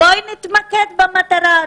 בואי נתמקד במטרה,